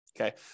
Okay